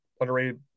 underrated